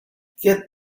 get